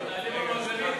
נצביע.